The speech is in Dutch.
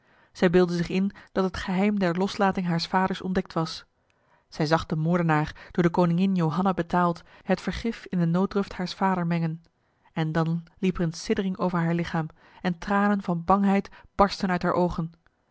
zij beeldde zich in dat het geheim der loslating haars vaders ontdekt was zij zag de moordenaar door de koningin johanna betaald het vergif in de nooddruft haars vader mengen en dan liep een siddering over haar lichaam en tranen van bangheid barstten uit haar ogen